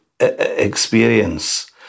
experience